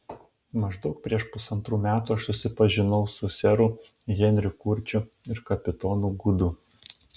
maždaug prieš pusantrų metų aš susipažinau su seru henriu kurčiu ir kapitonu gudu